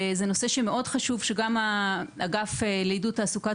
זה נושא שמאוד חשוב שגם האגף לעידוד תעסוקת